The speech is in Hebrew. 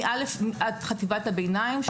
מ-א' ועד חטיבת הביניים.